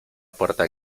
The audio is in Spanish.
puerta